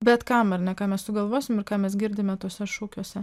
bet kam ar ne ką mes sugalvosim ir ką mes girdime tuose šūkiuose